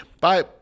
Bye